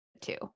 two